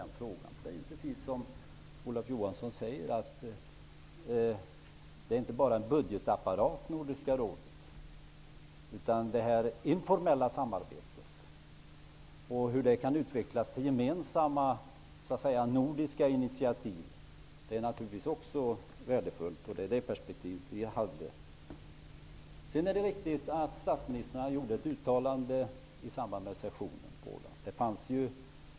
Det är precis så som Olof Johansson säger, att Nordiska rådet inte bara är en budgetapparat. Det handlar också om ett informellt samarbete. Att det kan utvecklas till gemensamma nordiska initiativ är naturligtvis också värdefullt. Det var det perspektiv som vi hade. Det är riktigt att statsministrarna gjorde ett uttalande i samband med sessionen på Åland.